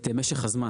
את משך הזמן.